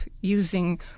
using